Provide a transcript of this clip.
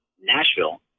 Nashville